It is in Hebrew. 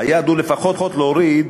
היעד הוא לפחות להוריד